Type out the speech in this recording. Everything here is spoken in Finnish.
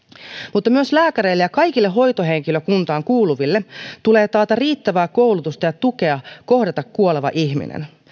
mutta myös lääkäreille ja kaikille hoitohenkilökuntaan kuuluville tulee taata riittävää koulutusta ja tukea kohdata kuoleva ihminen